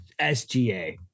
SGA